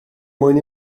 mwyn